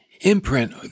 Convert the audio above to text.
imprint